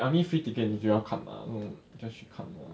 I mean free ticket 你就要看吗 just 去看 lor